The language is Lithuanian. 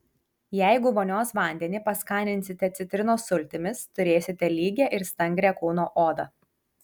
jeigu vonios vandenį paskaninsite citrinos sultimis turėsite lygią ir stangrią kūno odą